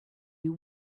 you